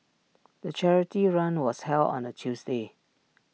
the charity run was held on A Tuesday